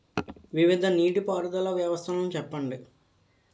వివిధ నీటి పారుదల వ్యవస్థలను చెప్పండి?